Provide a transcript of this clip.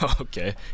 Okay